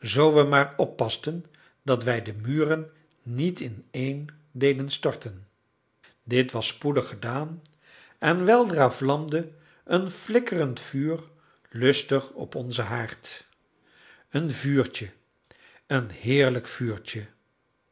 zoo we maar oppasten dat wij de muren niet ineen deden storten dit was spoedig gedaan en weldra vlamde een flikkerend vuur lustig op onzen haard een vuurtje een heerlijk vuurtje